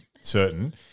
certain